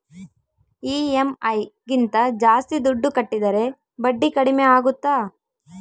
EMI ಗಿಂತ ಜಾಸ್ತಿ ದುಡ್ಡು ಕಟ್ಟಿದರೆ ಬಡ್ಡಿ ಕಡಿಮೆ ಆಗುತ್ತಾ?